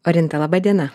orinta laba diena